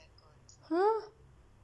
!huh!